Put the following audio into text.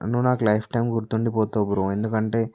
నువ్వు నాకు life time గుర్తుండిపోతావు బ్రో ఎందుకంటే